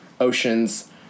oceans